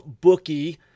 bookie